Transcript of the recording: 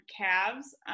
calves